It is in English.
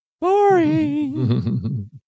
Boring